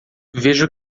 veja